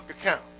account